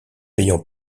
ayant